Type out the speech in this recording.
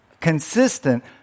consistent